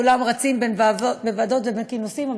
כולם רצים בין ועדות ובין כינוסים,